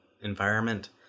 environment